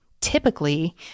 Typically